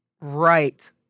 right